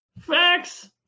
facts